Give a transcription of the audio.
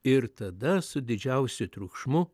ir tada su didžiausiu triukšmu